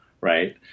right